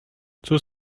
cóż